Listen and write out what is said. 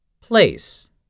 Place